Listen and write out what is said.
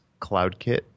CloudKit